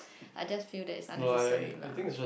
I just feel that it's unnecessary lah